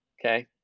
Okay